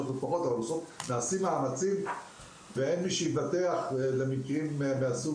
אבל נעשים מאמצים אין מי שיבטח למקרים מהסוג